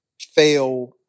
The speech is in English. fail